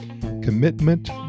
commitment